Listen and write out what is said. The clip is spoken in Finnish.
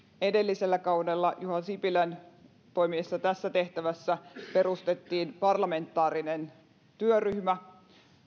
edellisellä kaudella juha sipilän toimiessa tässä tehtävässä perustettiin parlamentaarinen työryhmä